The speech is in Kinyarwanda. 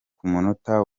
munota